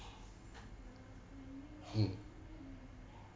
mm